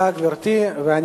גברתי, תודה.